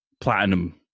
Platinum